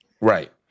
right